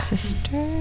Sister